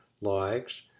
likes